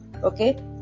Okay